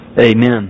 Amen